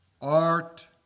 art